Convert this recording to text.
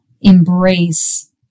embrace